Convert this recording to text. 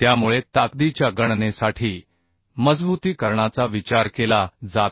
त्यामुळे ताकदीच्या गणनेसाठी मजबुतीकरणाचा विचार केला जात नाही